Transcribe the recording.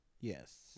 Yes